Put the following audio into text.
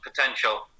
potential